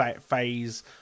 phase